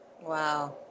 Wow